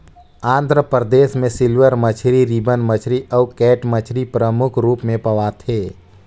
आंध्र परदेस में सिल्वर मछरी, रिबन मछरी अउ कैट मछरी परमुख रूप में पवाथे